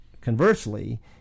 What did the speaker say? conversely